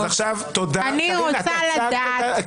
אני רוצה לדעת -- תודה,